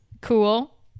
cool